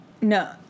No